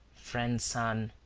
friend sun,